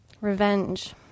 Revenge